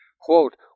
Quote